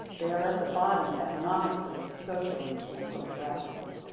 they are at the bottom economically, socially, and topographically.